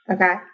Okay